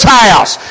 house